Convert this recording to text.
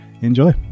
enjoy